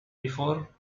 before